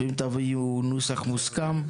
אם תביאו נוסח מוסכם,